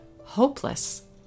hopeless